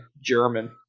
German